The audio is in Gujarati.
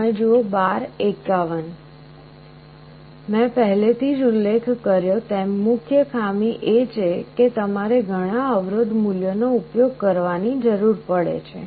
મેં પહેલેથી જ ઉલ્લેખ કર્યો તેમ મુખ્ય ખામી એ છે કે તમારે ઘણા અવરોધ મૂલ્યોનો ઉપયોગ કરવાની જરૂર પડે છે